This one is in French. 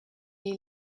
est